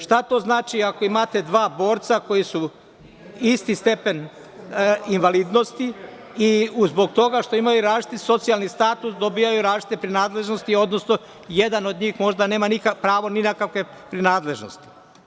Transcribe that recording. Šta to znači ako imate dva borca koji su isti stepen invalidnosti i zbog toga što imaju različiti socijalni status dobijaju različite nadležnosti, odnosno jedan od njih možda nema pravo ni na kakve prinadležnosti?